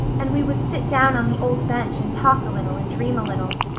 and we would sit down on the old bench and talk a little and dream a little,